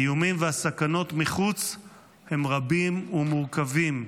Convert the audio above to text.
האיומים והסכנות מחוץ הם רבים ומורכבים,